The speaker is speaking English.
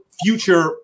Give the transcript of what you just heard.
future